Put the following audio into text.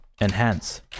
Enhance